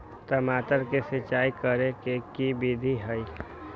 टमाटर में सिचाई करे के की विधि हई?